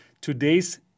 today's